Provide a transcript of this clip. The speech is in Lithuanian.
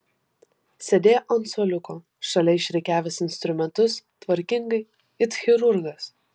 sėdėjo ant suoliuko šalia išrikiavęs instrumentus tvarkingai it chirurgas